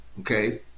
Okay